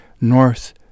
North